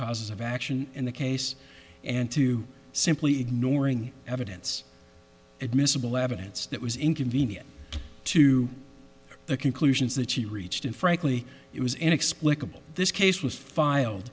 causes of action in the case and to simply ignoring evidence admissible evidence that was inconvenient to the conclusions that she reached and frankly it was inexplicable this case was filed